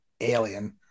alien